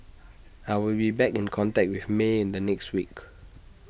I will be back in contact with may in the next week